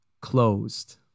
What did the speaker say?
closed